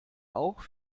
auch